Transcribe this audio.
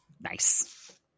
Nice